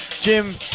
Jim